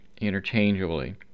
interchangeably